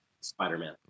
Spider-Man